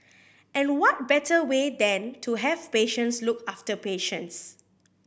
and what better way than to have patients look after patients